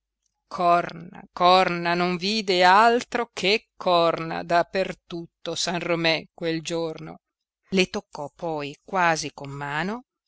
corna corna non vide altro che corna da per tutto san romé quel giorno le toccò poi quasi con mano